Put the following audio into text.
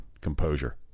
composure